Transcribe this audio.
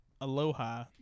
Aloha